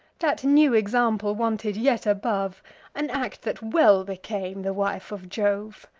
that new example wanted yet above an act that well became the wife of jove!